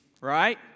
right